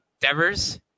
Devers